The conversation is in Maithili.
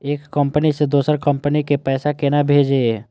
एक कंपनी से दोसर कंपनी के पैसा केना भेजये?